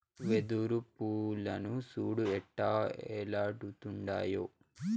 వెదురు పూలను సూడు ఎట్టా ఏలాడుతుండాయో